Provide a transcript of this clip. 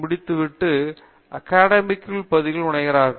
முடித்து அகாடெமிக் பகுதிக்குள் நுழைகிறார்கள்